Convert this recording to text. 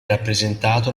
rappresentato